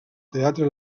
teatre